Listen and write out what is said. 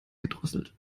gedrosselt